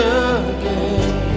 again